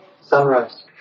sunrise